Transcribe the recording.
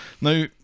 Now